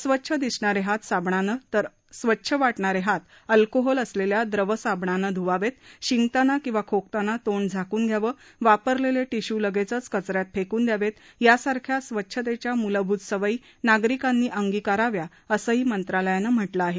अस्वच्छ दिसणारे हात साबणानं तर स्वच्छ वाटणारे हात अल्कोहोल असलेल्या द्रव साबणानं ध्वावेत शिंकताना किंवा खोकताना तोंड झाकून घ्यावं वापरलेले टिश्यू लगचेच कच यात फेकून द्यावेत यासारख्या स्वच्छतेच्या मूलभूत सवयी नागरिकांनी अंगीकाराव्या असंही मंत्रालयानं म्हटलं आहे